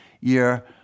year